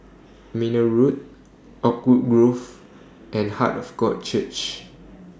Mayne Road Oakwood Grove and Heart of God Church